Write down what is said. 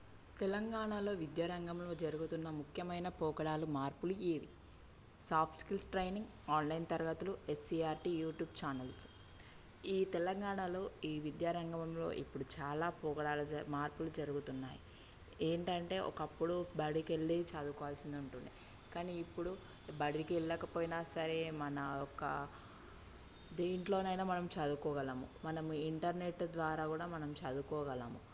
తెలంగాణలో విద్య రంగంలో జరుగుతున్న ముఖ్యమైన పోకడాలు మార్పులు ఏవి సాఫ్ట్ స్కిల్స్ ట్రైనింగ్ ఆన్లైన్ తరగతులు ఎస్సిఆర్టి యుట్యూబ్ చానల్స్ ఈ తెలంగాణలో ఈ విద్యారంగంలో ఇప్పుడు చాలా పోగడాల జ మార్పులు జరుగుతున్నాయి ఏంటంటే ఒకప్పుడు బడికెళ్ళి చదువుకోవాల్సి ఉంటుండె కానీ ఇప్పుడు బడికి వెళ్ళకపోయినా సరే మన ఒక దేంట్లోనైనా మనం చదువుకోగలము మనము ఇంటర్నెట్ ద్వారా కూడా మనం చదువుకోగలం